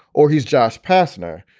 or he's josh pazner.